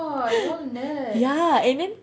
ya and then